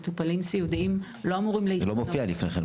מטופלים סיעודיים לא אמורים --- זה לא מופיע לפני כן,